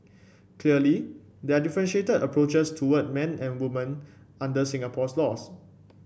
clearly there are differentiated approaches toward men and women under Singapore's laws